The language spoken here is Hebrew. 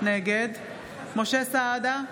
נגד משה סעדה,